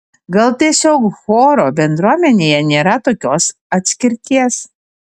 gal tiesiog choro bendruomenėje nėra tokios atskirties